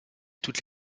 toutes